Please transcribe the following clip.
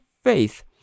faith